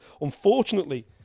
unfortunately